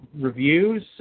reviews